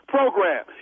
Program